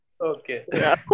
Okay